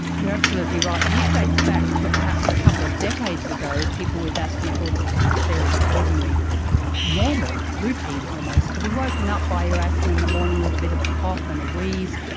you're absolutely right and this dates back to perhaps a couple of decades ago, people with asthma thought it was fairly ordinary or normal, routine almost to be woken up by your asthma in the morning with a bit of a cough and a wheeze,